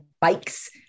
bikes